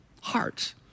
hearts